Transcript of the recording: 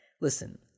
listen